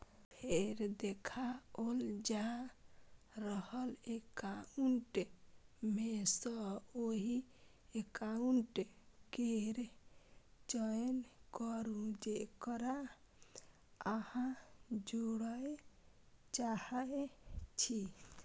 फेर देखाओल जा रहल एकाउंट मे सं ओहि एकाउंट केर चयन करू, जेकरा अहां जोड़य चाहै छी